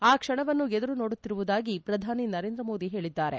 ಆ ಕ್ಷಣವನ್ನು ಎದುರು ನೋಡುತ್ತಿರುವುದಾಗಿ ಪ್ರಧಾನಿ ನರೇಂದ್ರ ಮೋದಿ ಹೇಳಿದ್ದಾರೆ